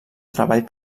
treball